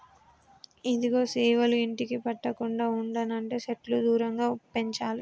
ఇదిగో సేవలు ఇంటికి పట్టకుండా ఉండనంటే సెట్లు దూరంగా పెంచాలి